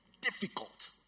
Difficult